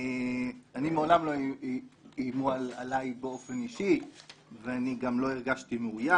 מעולם לא איימו עלי באופן אישי ואני גם לא הרגשתי מאוים.